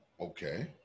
okay